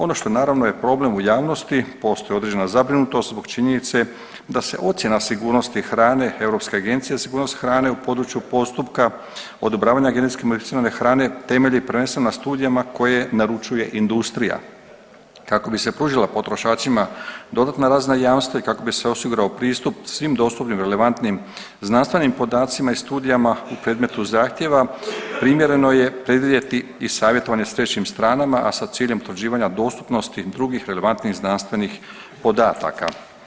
Ono što naravno je problem u javnosti, postoji određena zabrinutost zbog činjenice da se ocjena sigurnosti hrane, Europske agencije za sigurnost hrane u području postupka odobravanja genetski modificirane hrane temelji prvenstveno na studijama koje naručuje industrija kako bi se pružila potrošačima dodatna razna jamstva i kako bi se osigurao pristup svim dostupnim, relevantnim znanstvenim podacima i studijama u predmetu zahtjeva primjereno je predvidjeti i savjetovanje sa trećim stranama a sa ciljem utvrđivanja dostupnosti drugih relevantnih znanstvenih podataka.